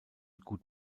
gut